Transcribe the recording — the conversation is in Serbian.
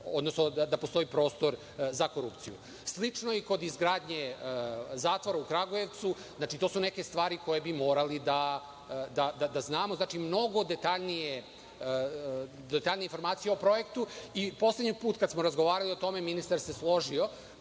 sumnju da postoji prostor za korupciju. Slično je i kod izgradnje zatvora u Kragujevcu, to su neke stvari koje bi morali da znamo, mnogo detaljnije informacije o projektu. Poslednji put kada smo razgovarali o tome, ministar se složio